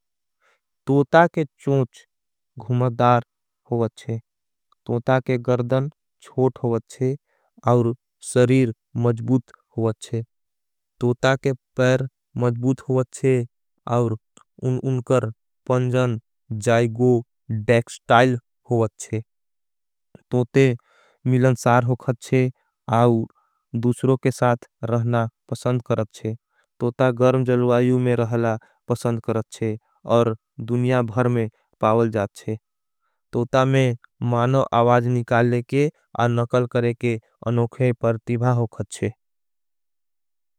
तोता के चोंच घुमदार हो वच्चे तोता के गर्दन छोट हो वच्चे। और सरीर मजबुत हो वच्चे तोता के पैर मजबुत हो वच्चे। और उनकर पंजन जाइगो डेक्स्टाइल हो वच्चे तोते मिलनसार। हो खचे आउर दुसरों के साथ रहना पसंद करचे तोता गर्म जल। वायू में रहला पसंद करचे और दुनिया भर में पावल जाचे तोता में। मानो आवाज निकाले के आर नकल करे के अनोखें परतिभा हो खचे।